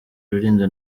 rulindo